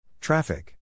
Traffic